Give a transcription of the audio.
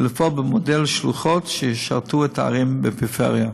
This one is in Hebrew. ולפעול במודל שלוחות שישרתו את הערים בפריפריה.